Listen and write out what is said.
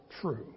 true